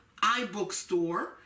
iBookstore